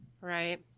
Right